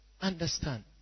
Understand